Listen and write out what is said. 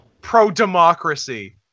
pro-democracy